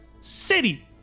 city